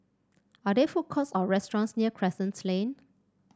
are there food courts or restaurants near Crescent Lane